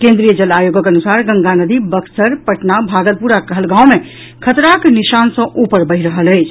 केन्द्रीय जल आयोगक अनुसार गंगा नदी बक्सर पटना भागलपुर आ कहलगांव मे खतराक निशान सॅ ऊपर बहि रहल अछि